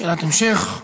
שאלת המשך.